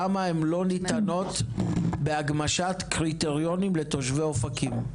למה הן לא ניתנות בהגמשת קריטריונים לתושבי אופקים?